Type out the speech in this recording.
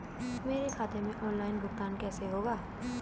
मेरे खाते में ऑनलाइन भुगतान कैसे होगा?